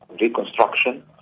reconstruction